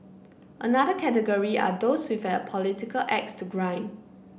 another category are those with a political axe to grind